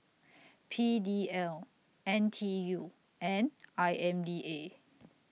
P D L N T U and I M D A